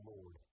Lord